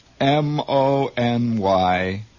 M-O-N-Y